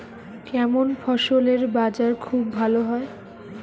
কেমন ফসলের বাজার খুব ভালো হয়?